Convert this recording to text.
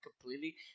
completely